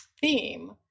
theme